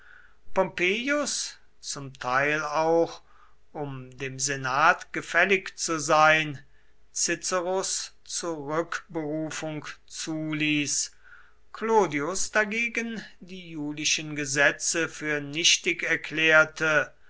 pompeius zum teil auch um dem senat gefällig zu sein ciceros zurückberufung zuließ clodius dagegen die julischen gesetze für nichtig erklärte